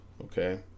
Okay